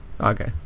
Okay